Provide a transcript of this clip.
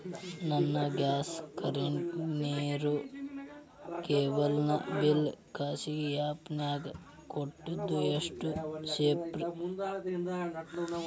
ನನ್ನ gas current, ನೇರು, cable ನ ಬಿಲ್ ಖಾಸಗಿ ಆ್ಯಪ್ ನ್ಯಾಗ್ ಕಟ್ಟೋದು ಎಷ್ಟು ಸೇಫ್ರಿ?